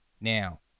Now